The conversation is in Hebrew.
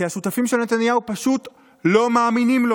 כי השותפים של נתניהו לא מאמינים לו